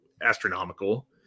astronomical